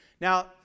Now